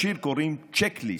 לשיר קוראים "צ'ק ליסט",